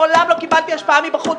מעולם לא קיבלתי השפעה מבחוץ.